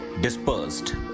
dispersed